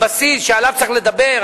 בסיס שעליו צריך לדבר.